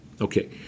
Okay